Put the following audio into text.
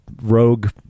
rogue